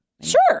sure